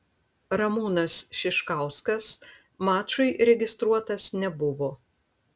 ramūnas šiškauskas mačui registruotas nebuvo